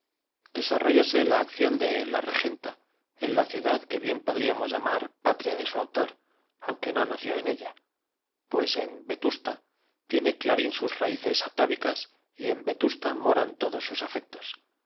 desarróllase la acción de la regenta en la ciudad que bien podríamos llamar patria de su autor aunque no nació en ella pues en vetusta tiene clarín sus raíces atávicas y en vetusta moran todos sus afectos